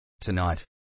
Tonight